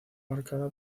marcada